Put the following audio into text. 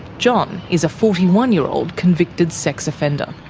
john is a forty one year old convicted sex offender.